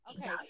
Okay